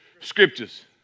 Scriptures